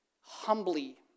humbly